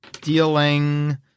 dealing